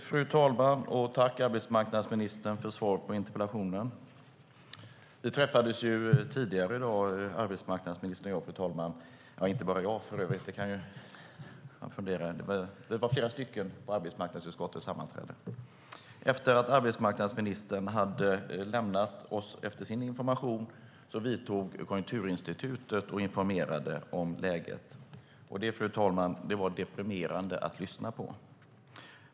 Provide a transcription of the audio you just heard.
Fru talman! Tack för svaret på interpellationen, arbetsmarknadsministern. Vi träffades tidigare i dag arbetsmarknadsministern och jag. Vi var flera på arbetsmarknadsutskottets sammanträde. Efter att arbetsmarknadsministern hade lämnat oss efter sin information vidtog Konjunkturinstitutet och informerade om läget. Det var deprimerande att lyssna på, fru talman.